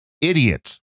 Idiots